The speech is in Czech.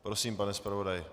Prosím, pane zpravodaji.